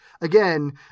again